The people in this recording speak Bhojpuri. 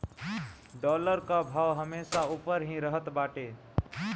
डॉलर कअ भाव हमेशा उपर ही रहत बाटे